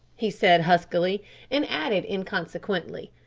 he said huskily and added inconsequently,